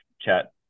chat